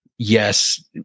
Yes